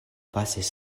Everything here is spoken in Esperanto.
pasis